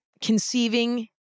conceiving